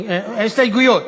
הסתייגויות.